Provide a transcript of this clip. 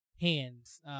hands